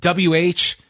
WH